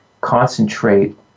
concentrate